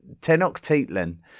Tenochtitlan